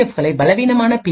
எஃப்களை பலவீனமான பி